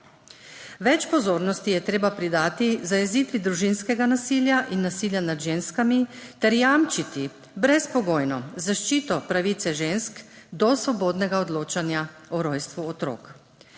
Več pozornosti je treba predati zajezitvi družinskega nasilja in nasilja nad ženskami ter jamčiti brezpogojno zaščito pravice žensk do svobodnega odločanja o rojstvu otrok.